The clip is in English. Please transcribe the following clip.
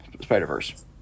Spider-Verse